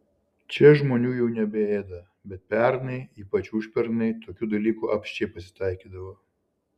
čia žmonių jau nebeėda bet pernai ypač užpernai tokių dalykų apsčiai pasitaikydavo